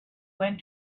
went